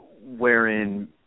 wherein